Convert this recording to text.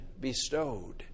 bestowed